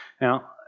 Now